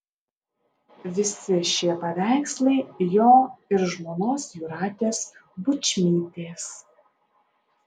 visi šie paveikslai jo ir žmonos jūratės bučmytės